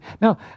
Now